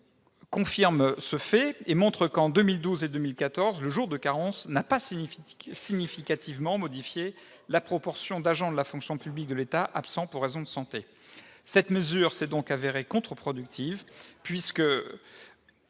note récente de l'INSEE montre que, entre 2012 et 2014, le jour de carence n'a pas significativement modifié la proportion d'agents de la fonction publique de l'État absents pour raison de santé. Cette mesure s'est même avérée contre-productive,